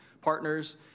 partners